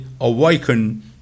awaken